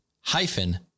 hyphen